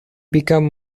become